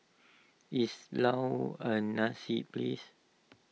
is Laos a nice place